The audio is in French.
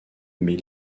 mais